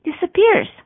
disappears